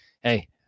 hey